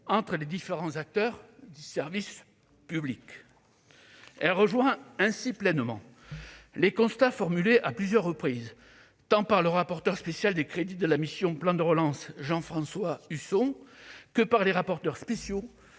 entre les différents acteurs du service public de l'emploi. Elle rejoint ainsi pleinement les constats formulés à plusieurs reprises tant par le rapporteur spécial des crédits de la mission « Plan de relance », Jean-François Husson, que par les rapporteurs spéciaux